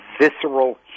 visceral